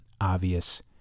obvious